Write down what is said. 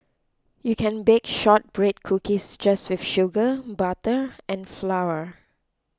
you can bake Shortbread Cookies just with sugar butter and flour